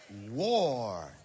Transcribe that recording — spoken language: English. War